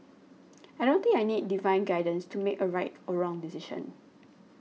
I don't think I need divine guidance to make a right or wrong decision